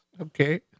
Okay